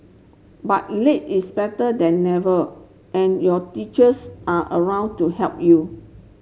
but late is better than never and your teachers are around to help you